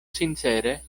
sincere